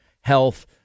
health